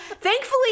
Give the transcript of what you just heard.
Thankfully